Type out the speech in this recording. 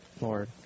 Lord